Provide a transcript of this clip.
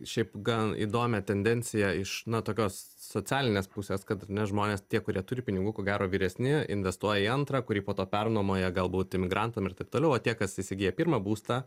šiaip gan įdomią tendenciją iš na tokios socialinės pusės kad ar ne žmonės tie kurie turi pinigų ko gero vyresni investuoja į antrą kurį po to pernuomoja galbūt imigrantam ir taip toliau o tie kas įsigyja pirmą būstą